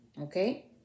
Okay